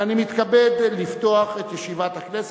אני מתכבד לפתוח את ישיבת הכנסת.